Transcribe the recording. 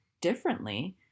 differently